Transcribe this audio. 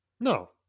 No